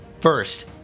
First